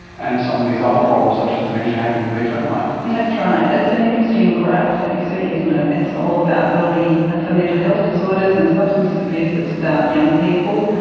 and some of these other problems such as dementia happening later in life. that's right. it's an interesting graph that you see, isn't it, it's all about early, for mental health disorders and substance abuse it's about young people,